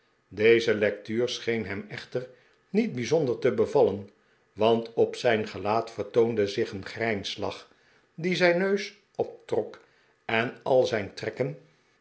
deze lectuur scheen hem echter niet bijzonder te bevallen want op zijn gelaat vertoonde zich een grijnslach die zijn neus optrok en al zijn trekken